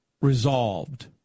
resolved